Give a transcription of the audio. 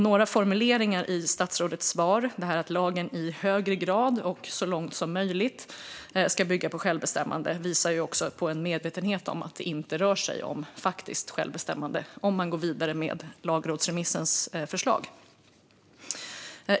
Några formuleringar i statsrådets svar - att lagen "i högre grad" och "så långt som möjligt" ska bygga på självbestämmande - visar också på en medvetenhet om att det inte rör sig om faktiskt självbestämmande, om man går vidare med lagrådsremissens förslag.